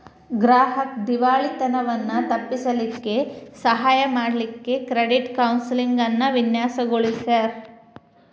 ಗ್ರಾಹಕ್ರ್ ದಿವಾಳಿತನವನ್ನ ತಪ್ಪಿಸ್ಲಿಕ್ಕೆ ಸಹಾಯ ಮಾಡ್ಲಿಕ್ಕೆ ಕ್ರೆಡಿಟ್ ಕೌನ್ಸೆಲಿಂಗ್ ಅನ್ನ ವಿನ್ಯಾಸಗೊಳಿಸ್ಯಾರ್